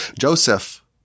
Joseph